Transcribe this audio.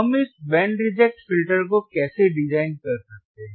हम इस band reject filter को कैसे डिजाइन कर सकते हैं